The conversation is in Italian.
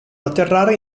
atterrare